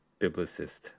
biblicist